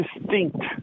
distinct